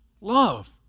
Love